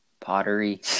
pottery